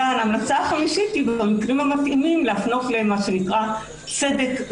ההמלצה החמישית היא במקרים המתאימים להפנות למה שנקרא צדק מאבחן.